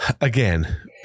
again